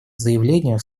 заявлению